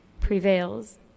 prevails